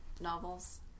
novels